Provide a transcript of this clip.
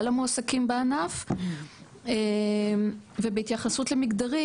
המועסקים בענף ובהתייחסות למגדרים,